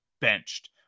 benched